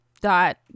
dot